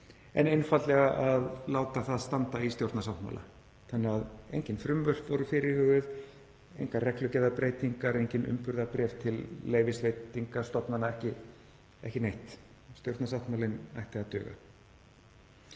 einfaldlega að láta það standa í stjórnarsáttmála. Þannig að engin frumvörp voru fyrirhuguð, engar reglugerðarbreytingar, engin umburðarbréf til leyfisveitinga stofnana, ekki neitt, stjórnarsáttmálinn ætti að duga.